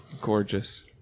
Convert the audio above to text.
gorgeous